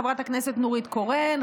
חברת הכנסת נורית קורן,